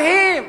מדהים.